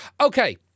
okay